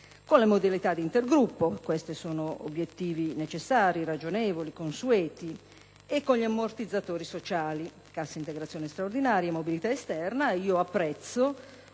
con la modalità di intergruppo (questi sono obiettivi necessari, ragionevoli, consueti) e con gli ammortizzatori sociali (cassa integrazione straordinaria e mobilità esterna). Ed io apprezzo